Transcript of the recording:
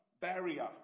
barrier